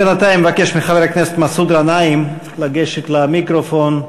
בינתיים אבקש מחבר הכנסת מסעוד גנאים לגשת למיקרופון,